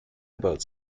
about